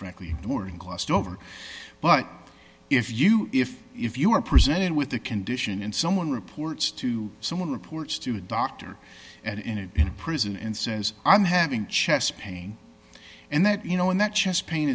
frankly during glossed over but if you if if you are presented with the condition in someone reports to someone reports to a doctor and in a in a prison and says i'm having chest pain and that you know and that chest pain